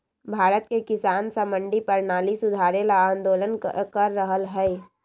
भारत के किसान स मंडी परणाली सुधारे ल आंदोलन कर रहल हए